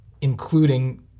including